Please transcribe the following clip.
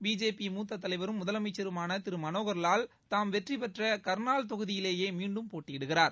BJP மூத்த தலைவரும் முதலமைச்சருமான திரு மனோகர்வால் தாம் வெற்றிபெற்ற கர்னல் தொகுதியிலேயே மீண்டும் போட்டியிடுகிறார்